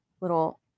little